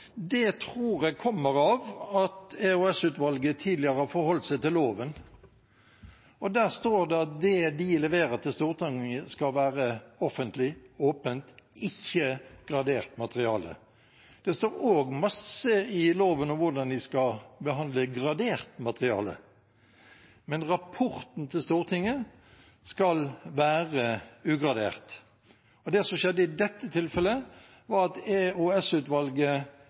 Det tror jeg kommer av at EOS-utvalget tidligere har forholdt seg til loven. Der står det at det de leverer til Stortinget, skal være offentlig og åpent, ikke gradert materiale. Det står også mye i loven om hvordan de skal behandle gradert materiale, men rapporten til Stortinget skal være ugradert. Det som skjedde i dette tilfellet, var at